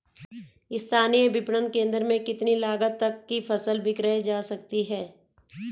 स्थानीय विपणन केंद्र में कितनी लागत तक कि फसल विक्रय जा सकती है?